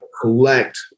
collect